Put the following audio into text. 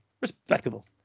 respectable